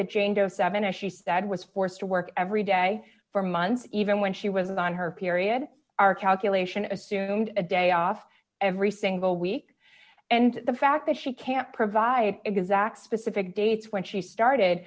as she said was forced to work every day for months then when she was on her period our calculation assumed a day off every single week and the fact that she can't provide exact specific dates when she started